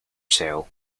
sale